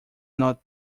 not